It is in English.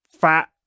fat